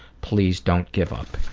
please don't give up.